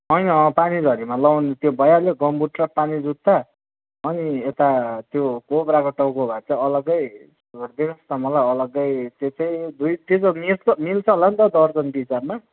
होइन अब पानीझरीमा लगाउने त्यो भइहाल्यो गमबुट र पानी जुत्ता अनि यता त्यो कोब्राको टाउको भएको चाहिँ अलगै छोडिदिनु होस् न मलाई अलगै त्यो चाहिँ दुई मिल्छ होला नि त हौ दर्जनको हिसाबमा